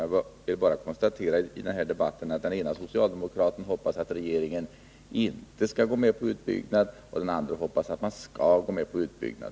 När det gäller den här debatten vill jag bara konstatera att den ene socialdemokraten hoppas att regeringen inte skall gå med på utbyggnad, medan den andre hoppas att man skall gå med på en utbyggnad.